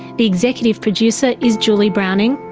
the executive producer is julie browning,